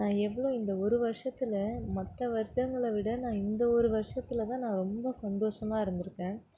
எவ்வளோ இந்த ஒரு வருஷத்தில் மற்ற வருடங்களை விட நான் இந்த ஒரு வருஷத்தில் தான் நான் ரொம்ப சந்தோஷமாக இருந்திருக்கேன்